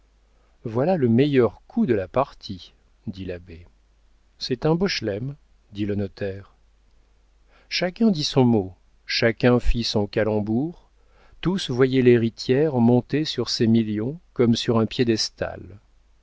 voilà le meilleur coup de la partie dit l'abbé c'est un beau schleem dit le notaire chacun dit son mot chacun fit son calembour tous voyaient l'héritière montée sur ses millions comme sur un piédestal